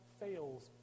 fails